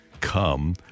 come